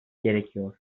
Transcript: gerekiyor